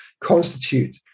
constitute